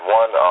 one